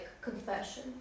confession